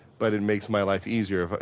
but it makes my life easier. but